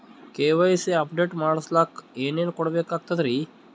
KYC update ಮಾಡಸ್ಲಕ ಏನೇನ ಕೊಡಬೇಕಾಗ್ತದ್ರಿ?